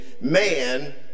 Man